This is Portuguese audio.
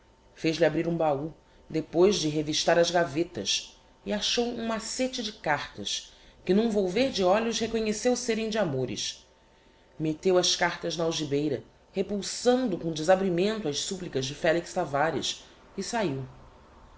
bahú depois de revistar as gavetas e achou um massete de cartas que n'um volver de olhos reconheceu serem de amores metteu as cartas na algibeira repulsando com desabrimento as supplicas de felix tavares e sahiu